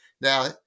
Now